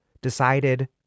decided